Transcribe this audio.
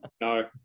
No